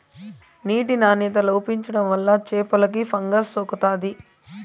నీటి నాణ్యత లోపించడం వల్ల చేపలకు ఫంగస్ సోకుతాది